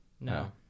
No